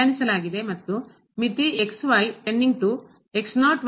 ಮತ್ತು ಮಿತಿ ಅಸ್ತಿತ್ವದಲ್ಲಿದೆ